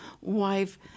wife